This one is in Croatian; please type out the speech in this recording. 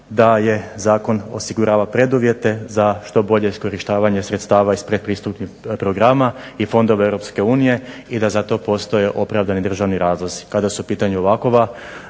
da zakon osigurava preduvjete za što bolje iskorištavanje sredstava iz pretpristupnih programa i fondova EU i da za to postoje određeni državni razlozi kada su u pitanju zakonska